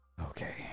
Okay